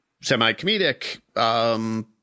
semi-comedic